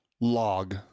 Log